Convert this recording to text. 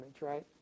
right